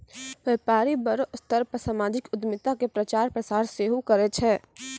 व्यपारी बड़ो स्तर पे समाजिक उद्यमिता के प्रचार प्रसार सेहो करै छै